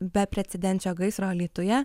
beprecedenčio gaisro alytuje